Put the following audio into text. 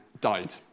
died